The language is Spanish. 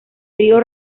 río